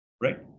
right